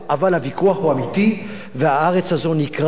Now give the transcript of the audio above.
אבל הוויכוח הוא אמיתי והארץ הזו נקרעת,